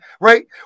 right